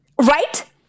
Right